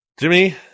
Jimmy